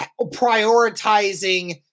prioritizing